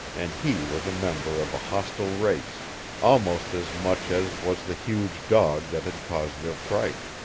and he was a member of a hostile race almost as much as was the huge dog that had caused their fright.